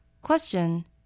Question